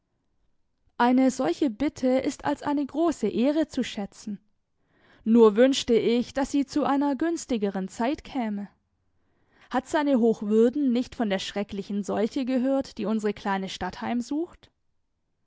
eine solche bitte ist als eine große ehre zu schätzen nur wünschte ich daß sie zu einer günstigeren zeit käme hat seine hochwürden nicht von der schrecklichen seuche gehört die unsere kleine stadt